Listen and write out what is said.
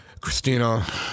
Christina